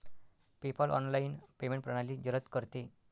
PayPal online payment प्रणाली जलद करते